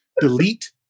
Delete